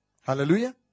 Hallelujah